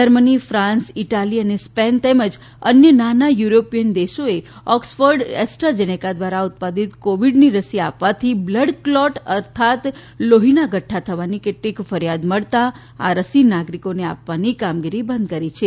Germany France Italy અને Spain તેમજ અન્ય નાના યુરોપીયન દેશોએ ઓક્સફર્ડ એસ્ટ્રાઝેનેકા દ્વારા ઉત્પાદિત કોવિડની રસી આપવાથી બ્લડ ક્લોટ અર્થાત લોઠીના ગઠ્ઠા થવાની કેટલીક ફરીયાદ મળતા આ રસી નાગરિકોને આપવાની કામગીરી બંધ કરી છે